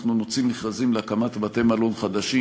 אנחנו נוציא מכרזים להקמת בתי-מלון חדשים.